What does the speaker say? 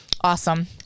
Awesome